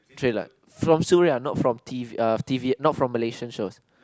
Thriller from Suria not from t_v uh t_v not from Malaysian shows